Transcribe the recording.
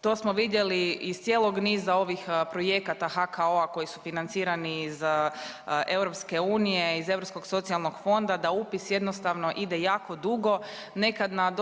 To smo vidjeli iz cijelog niza ovih projekata HKO-a koji su financirani iz EU, iz Europskog socijalnog fonda da upis jednostavno ide jako dugo. Nekad doslovce